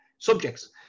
subjects